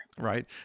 Right